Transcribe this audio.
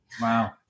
Wow